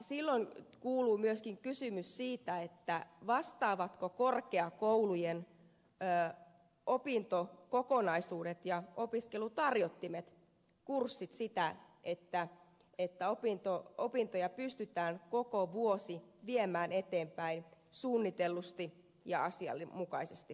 silloin on kysyttävä myöskin sitä vastaavatko korkeakoulujen opintokokonaisuudet ja opiskelutarjottimet kurssit sitä että opintoja pystytään koko vuosi viemään eteenpäin suunnitellusti ja asianmukaisesti